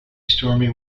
stormy